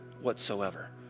whatsoever